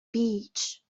beach